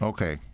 Okay